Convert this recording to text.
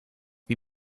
wie